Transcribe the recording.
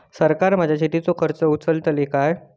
सरकार माझो शेतीचो खर्च उचलीत काय?